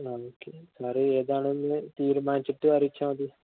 ആ okay sir ഏതാണന്ന് തീരുമാനിച്ചിട്ട് അറിയിച്ചാല് മതി